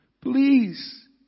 Please